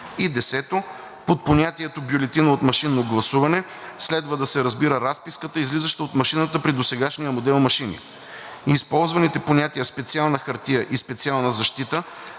10. Под понятието „бюлетина от машинно гласуване“ следва да се разбира разписката, излизаща от машината при досегашния модел машини. Използваните понятия „специална хартия“ и „специална защита“